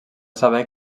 saber